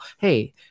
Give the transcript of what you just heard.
hey